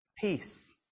peace